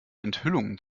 enthüllungen